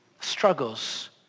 struggles